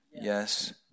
Yes